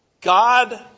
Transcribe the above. God